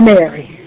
Mary